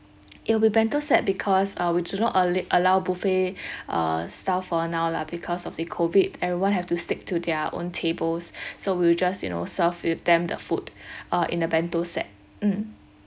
it'll be bento set because uh we do not all~ allow buffet uh stuff for now lah because of the COVID everyone have to stick to their own tables so we'll just you know serve with them the food uh in a bento set mm